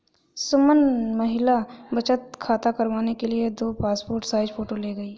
सुमन महिला बचत खाता करवाने के लिए दो पासपोर्ट साइज फोटो ले गई